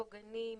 פוגעני,